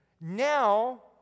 Now